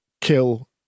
kill